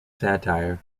satire